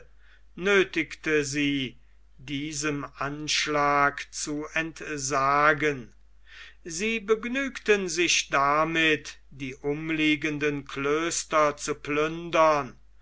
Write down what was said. nöthigte sie diesem anschlag zu entsagen sie begnügten sich damit die umliegenden klöster zu plündern